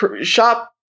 shop